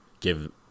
give